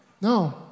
No